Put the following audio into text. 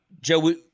Joe